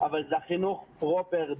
אבל זה החינוך פרופר,